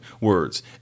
words